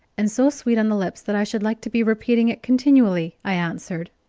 and so sweet on the lips that i should like to be repeating it continually, i answered.